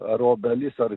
ar obelis ar